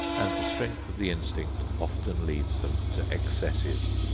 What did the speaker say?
and the strength of the instinct often leads them to excesses.